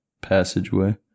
passageway